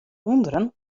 ûnderen